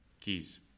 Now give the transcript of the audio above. keys